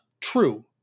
true